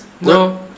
No